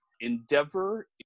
Endeavor